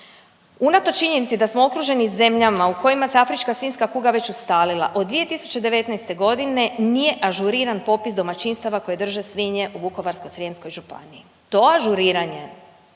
Unatoč činjenici da smo okruženi zemljama u kojima se afrička svinjska kuga već ustalila od 2019 godine nije ažuriran popis domaćinstava koje drže svinje u Vukovarsko-srijemskoj županiji. To ažuriranje